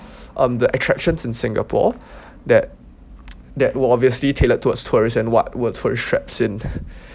um the attractions in singapore that that were obviously tailored towards tourists and what were tourist traps in